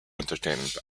entertainment